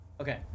Okay